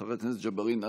חבר הכנסת ג'בארין,